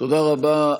תודה רבה.